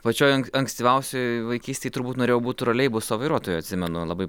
pačioj ankstyviausioj vaikystėj turbūt norėjau būt troleibuso vairuotoju atsimenu labai